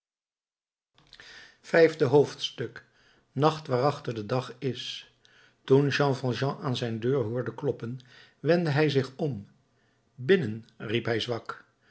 vijfde hoofdstuk nacht waarachter de dag is toen jean valjean aan zijn deur hoorde kloppen wendde hij zich om binnen riep hij zwak